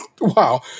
Wow